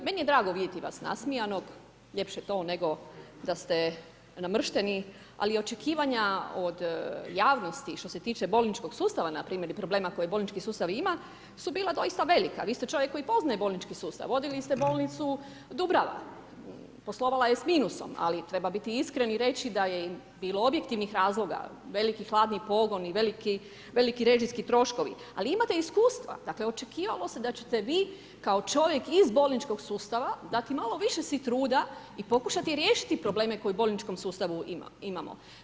Meni je drago vidjeti vas nasmijanog, ljepše to nego da ste namršteni ali očekivanja od javnosti što se tiče bolničkog sustava npr. i problema koji bolnički sustav ima su bila doista velika, vi ste čovjek koji poznaje bolnički sustav, vodili ste bolnicu Dubrava, poslovala je sa minusom ali treba biti iskren i reći da je bilo objektivnih razloga, veliki hladni pogon i veliki režijski troškovi, ali imate iskustva, dakle očekivalo se da ćete vi kao čovjek iz bolničkog sustava dati malo više si truda i pokušati riješiti probleme koji u bolničkom sustavu imamo.